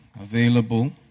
available